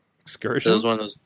Excursion